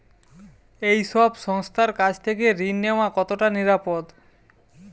এই সব সংস্থার কাছ থেকে ঋণ নেওয়া কতটা নিরাপদ?